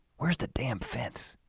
where's the damn fence?